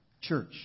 church